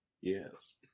Yes